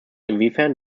inwiefern